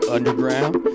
Underground